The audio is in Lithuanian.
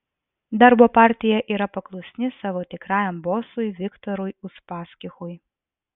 darbo partija yra paklusni savo tikrajam bosui viktorui uspaskichui